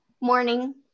morning